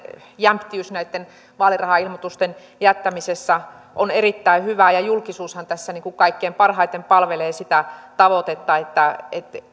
jämptiys näitten vaalirahailmoitusten jättämisessä on erittäin hyvä ja julkisuushan tässä kaikkein parhaiten palvelee sitä tavoitetta